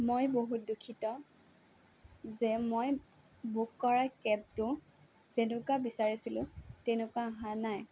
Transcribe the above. মই বহুত দুখিত যে মই বুক কৰা কেবটো যেনেকুৱা বিচাৰিছিলোঁ তেনেকুৱা অহা নাই